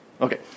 Okay